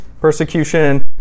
Persecution